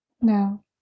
No